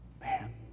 Man